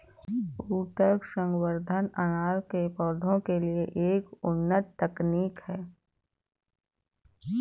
ऊतक संवर्धन अनार के पौधों के लिए एक उन्नत तकनीक है